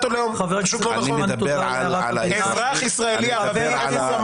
נכון, אזרח ישראלי ערבי שעושה